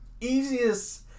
easiest